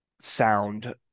sound